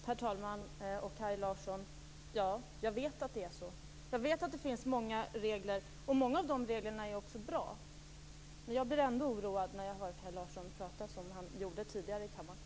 Herr talman! Ja, jag vet att det är så, Kaj Larsson. Jag vet att det finns många regler, och många av de reglerna är också bra. Men jag blir ändå oroad när jag hör Kaj Larsson prata så som han gjorde tidigare här i kammaren.